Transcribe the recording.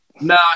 No